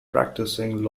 practicing